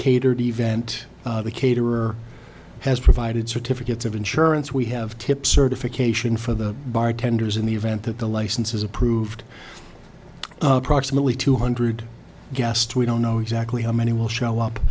catered event the caterer has provided certificates of insurance we have tip certification for the bartenders in the event that the license is approved approximately two hundred guests we don't know exactly how many will show up